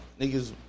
niggas